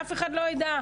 ואף אחד לא יידע.